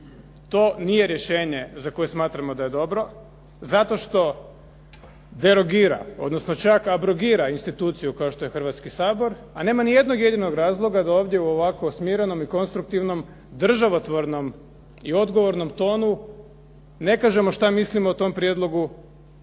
To nije rješenje za koje smatramo da je dobro zato što derogira odnosno čak abrogira instituciju kao što je Hrvatski sabor, a nema nijednog jedinog razloga da ovdje u ovako smirenom i konstruktivnom državotvornom i odgovornom tonu ne kažemo što mislimo o tom prijedlogu